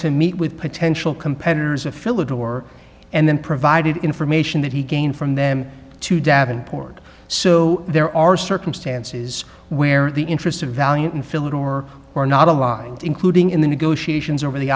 to meet with potential competitors of philadelphia or and then provided information that he gained from them to davenport so there are circumstances where the interests of valiant and fill it or are not aligned including in the negotiations over the